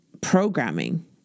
programming